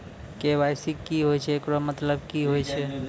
KYC की होय छै, एकरो मतलब की होय छै?